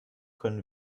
können